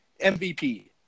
MVP